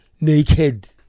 naked